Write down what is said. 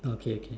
okay K